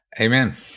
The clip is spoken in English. Amen